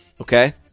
okay